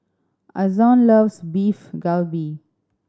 Ason loves Beef Galbi